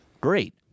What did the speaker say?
great